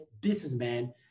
businessman